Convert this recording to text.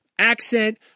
Accent